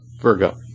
Virgo